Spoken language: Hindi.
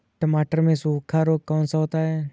टमाटर में सूखा रोग कौन सा होता है?